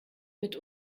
mit